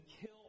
kill